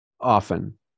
often